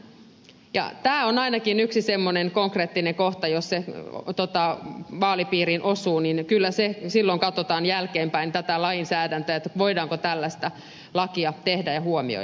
tämä on ainakin yksi semmoinen konkreettinen kohta että jos se vaalipiiriin osuu niin kyllä silloin katsotaan jälkeenpäin tätä lainsäädäntöä voidaanko tällaista lakia tehdä ja huomioida